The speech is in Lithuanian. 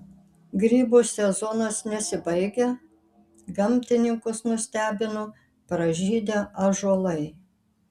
grybų sezonas nesibaigia gamtininkus nustebino pražydę ąžuolai